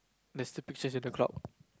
there's still pictures in the cloud